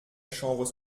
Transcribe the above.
chambre